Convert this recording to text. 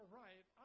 right